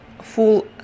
full